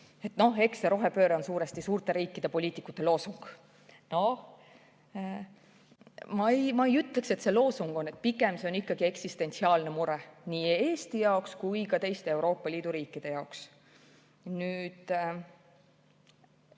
noh, eks see rohepööre ole suurte riikide poliitikute loosung. Mina ei ütleks, et see on loosung, pigem on see ikkagi eksistentsiaalne mure nii Eesti kui ka teiste Euroopa Liidu riikide jaoks. Need